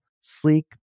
sleek